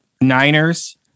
Niners